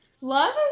love